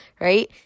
right